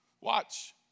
Watch